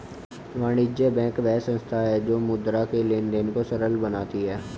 वाणिज्य बैंक वह संस्था है जो मुद्रा के लेंन देंन को सरल बनाती है